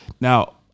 Now